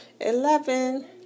eleven